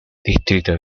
distrito